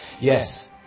Yes